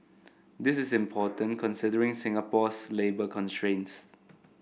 this is important considering Singapore's labour constraints